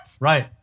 Right